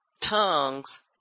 tongues